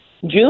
June